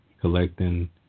collecting